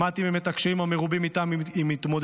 שמעתי על הקשיים המרובים שאיתם הם מתמודדים,